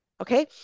Okay